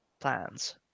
plans